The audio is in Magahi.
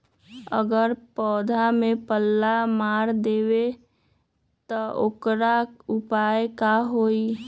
अगर पौधा में पल्ला मार देबे त औकर उपाय का होई?